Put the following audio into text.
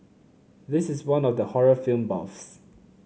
this is one for the horror film buffs